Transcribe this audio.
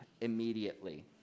immediately